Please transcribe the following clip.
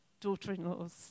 daughter-in-laws